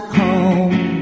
home